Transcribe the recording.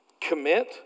commit